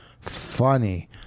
Funny